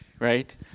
right